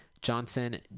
Johnson